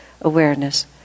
awareness